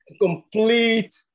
complete